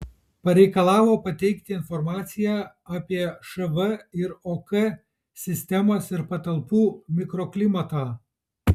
pareikalavo pateikti informaciją apie šv ir ok sistemas ir patalpų mikroklimatą